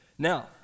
Now